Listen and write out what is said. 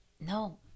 no